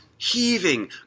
heaving